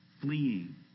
fleeing